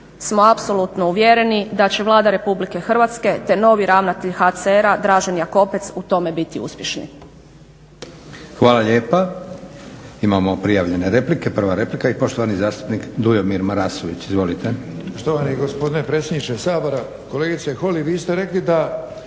smo apsolutno uvjereni da će Vlada RH te novi ravnatelj HCR-a Dražen Jakopec u tome biti uspješni.